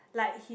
like he's